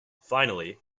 finally